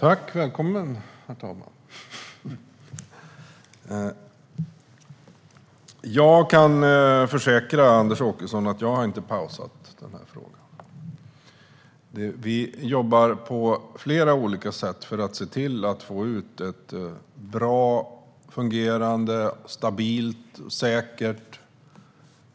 Herr talman! Jag kan försäkra Anders Åkesson att jag inte har pausat denna fråga. Vi jobbar på flera olika sätt för att se till att få ut ett bra, fungerande, stabilt och säkert